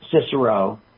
Cicero